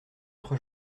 être